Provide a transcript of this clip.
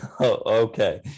Okay